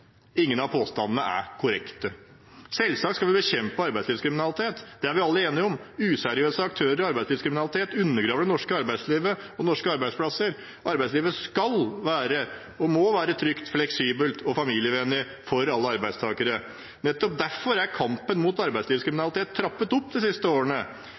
Ingen av påstandene er korrekte. Selvsagt skal vi bekjempe arbeidslivskriminalitet, det er vi alle enige om. Useriøse aktører og arbeidslivskriminalitet undergraver det norske arbeidslivet og norske arbeidsplasser. Arbeidslivet skal og må være trygt, fleksibelt og familievennlig for alle arbeidstakere. Nettopp derfor er kampen mot arbeidslivskriminalitet trappet opp de siste årene.